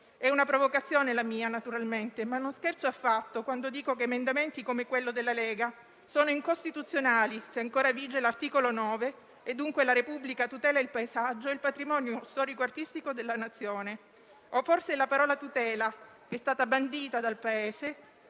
È una provocazione la mia, naturalmente, ma non scherzo affatto quando dico che emendamenti come quello della Lega sono incostituzionali, se ancora vige l’articolo 9 della Costituzione, che recita: «La Repubblica (…) Tutela il paesaggio e il patrimonio storico e artistico della Nazione». O forse la parola «tutela» è stata bandita dal Paese